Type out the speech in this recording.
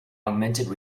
augmented